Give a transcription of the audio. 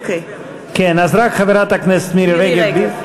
אז רק חברת הכנסת מירי רגב.